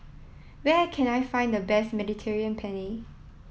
where can I find the best Mediterranean Penne